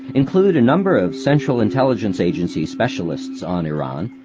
include a number of central intelligence agency specialists on iran,